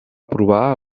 provar